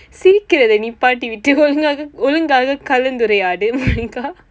சிரிக்கிறதை நிப்பாட்டிட்டு கொஞ்சம் ஒழுங்காக கலந்துரையாடு:sirikkirathai nippaatditdu konjsam ozhunkaaka kalanthuraiyaadu